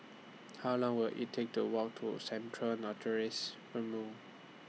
How Long Will IT Take to Walk to Central Narcotics